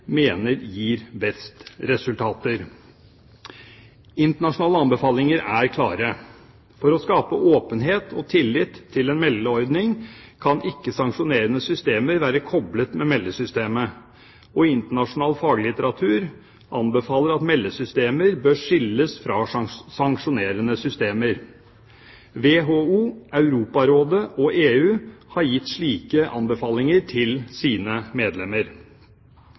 mener gir best resultater. Internasjonale anbefalinger er klare. For å skape åpenhet og tillit til en meldeordning kan ikke sanksjonerende systemer være koblet med meldesystemet, og internasjonal faglitteratur anbefaler at meldesystemer bør skilles fra sanksjonerende systemer. WHO, Europarådet og EU har gitt slike anbefalinger til sine medlemmer.